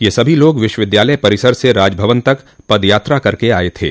यह सभी लोग विश्वविद्यालय परिसर से राजभवन तक पद यात्रा करके आये थे